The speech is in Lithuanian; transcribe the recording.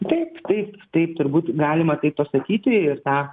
taip taip taip turbūt galima taip pasakyti ir tą